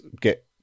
get